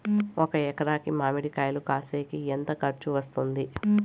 ఒక ఎకరాకి మామిడి కాయలు కోసేకి ఎంత ఖర్చు వస్తుంది?